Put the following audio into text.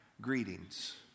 Greetings